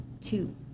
two